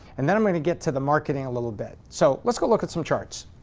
and then i'm going to get to the marketing a little bit. so, let's go look at some charts.